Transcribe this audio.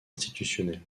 institutionnels